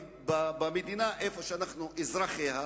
במדינה שאנחנו אזרחיה,